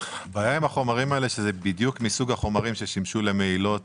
הבעיה עם החומרים האלה שזה בדיוק מסוג החומרים ששימשו למהילות.